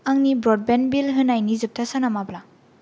आंनि broadband bill होनायनि जोबथा साना माब्ला